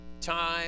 time